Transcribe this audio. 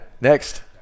next